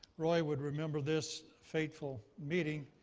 roy would remember this fateful meeting,